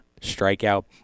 strikeout